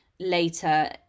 later